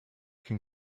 can